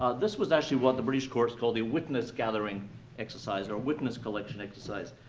this was actually what the british courts called a witness-gathering exercise or witness-collection exercise.